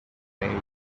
may